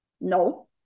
No